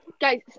guys